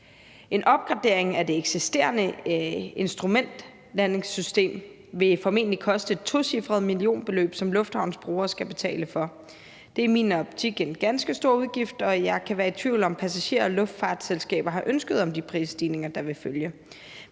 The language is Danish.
En opgradering af det eksisterende instrumentlandingssystem vil formentlig koste et tocifret millionbeløb, som lufthavnens brugere skal betale for. Det er i min optik en ganske stor udgift, og jeg kan være i tvivl om, om passagerne og luftfartsselskaberne har et ønske om de prisstigninger, der vil følge